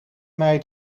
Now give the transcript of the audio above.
mij